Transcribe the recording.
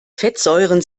fettsäuren